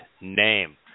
name